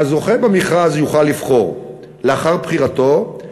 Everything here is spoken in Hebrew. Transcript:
הזוכה במכרז יוכל לבחור, לאחר בחירתו,